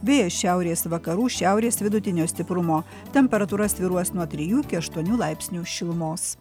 vėjas šiaurės vakarų šiaurės vidutinio stiprumo temperatūra svyruos nuo trijų aštuonių laipsnių šilumos